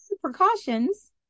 precautions